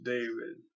David